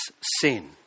sin